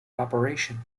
operation